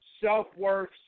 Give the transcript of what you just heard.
self-worth